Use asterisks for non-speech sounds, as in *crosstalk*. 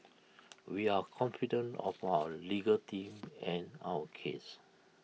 *noise* we are confident of our legal team and our case